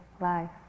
life